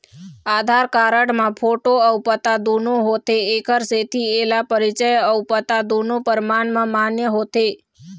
आधार card म photo अउ पता दुनो होथे एखर सेती एला परिचय अउ पता दुनो परमान म मान्य होथे